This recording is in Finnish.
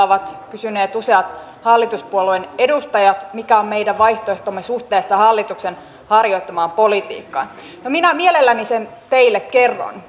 ovat kysyneet useat hallituspuolueen edustajat mikä on meidän vaihtoehtomme suhteessa hallituksen harjoittamaan politiikkaan no minä mielelläni sen teille